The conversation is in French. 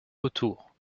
retour